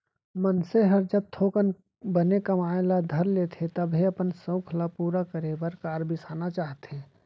मनसे हर जब थोकन बने कमाए ल धर लेथे तभे अपन सउख ल पूरा करे बर कार बिसाना चाहथे